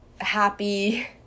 happy